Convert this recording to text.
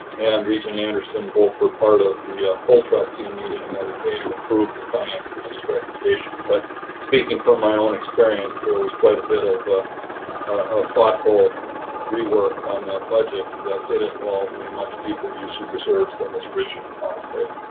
and regent anderson, both were part of the full trustee meeting the other day to approve the finance committee's recommendation. but speaking from my own experience, there was quite a bit of ah a thoughtful rework on that budget that did involve a much deeper use of reserves than was originally contemplated.